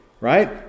right